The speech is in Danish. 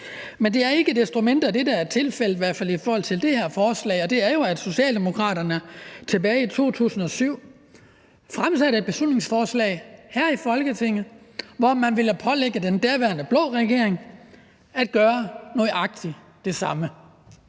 men det er ikke desto mindre det, der er tilfældet – i hvert fald i forhold til det her forslag. Socialdemokraterne fremsatte tilbage i 2007 et beslutningsforslag her i Folketinget, hvor man ville pålægge den daværende blå regering at gøre nøjagtig det samme,